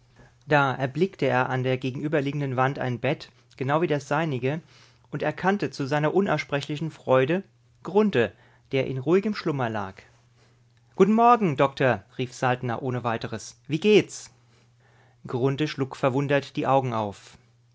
da erblickte er an der gegenüberliegenden wand ein bett genau wie das seinige und erkannte zu seiner unaussprechlichen freude grunthe der in ruhigem schlummer lag guten morgen doktor rief saltner ohne weiteres wie geht's grunthe schlug verwundert die augen auf